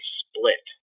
split